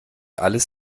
alles